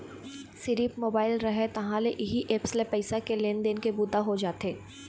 सिरिफ मोबाईल रहय तहाँ ले इही ऐप्स ले पइसा के लेन देन के बूता हो जाथे